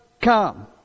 come